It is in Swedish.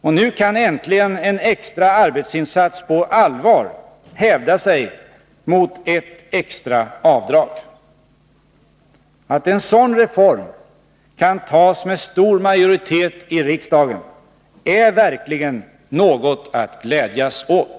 Och nu kan äntligen en extra arbetsinsats på allvar hävda sig mot ett extra avdrag. Att en sådan reform kan tas med stor majoritet i riksdagen är verkligen något att glädjas åt.